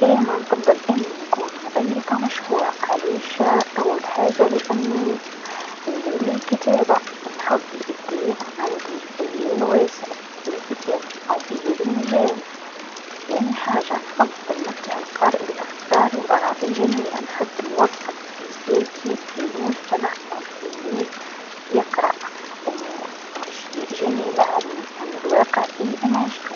أنا نفضل أني نكون مؤلفه مشهورة علاش، أول حاجه لأني نميل للكتابه نحب الإبداع، عندي خيال واسع في الكتابة أو في هذا المجال، ثاني حاجه نحب نمتع القارئ بأفكاري و أرائي الجميله، نحب نوصل رسالتي للمجتمع و نخليه يقرأ أمور و أشياء جميله عني و عن الواقع لأنا عشتو.